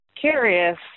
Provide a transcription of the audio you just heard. curious